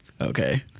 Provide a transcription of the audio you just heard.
Okay